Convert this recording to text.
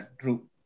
true